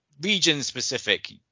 region-specific